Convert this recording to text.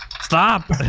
Stop